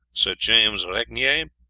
sir james regnier,